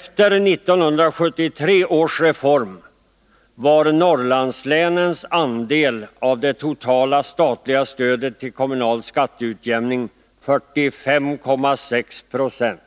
Efter 1973 års reform var Norrlandslänens andel av det totala statliga stödet till kommunal skatteutjämning 45,6 26.